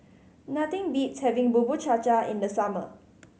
nothing beats having Bubur Cha Cha in the summer